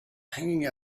hanging